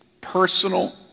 personal